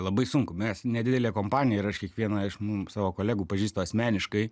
labai sunku mes nedidelė kompanija ir aš kiekvieną iš mums savo kolegų pažįstu asmeniškai